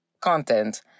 content